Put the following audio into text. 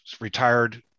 retired